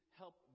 help